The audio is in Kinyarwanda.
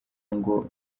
ngo